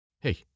Hey